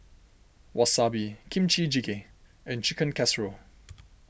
Wasabi Kimchi Jjigae and Chicken Casserole